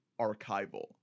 archival